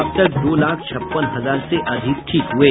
अब तक दो लाख छप्पन हजार से अधिक ठीक हुये